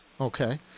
Okay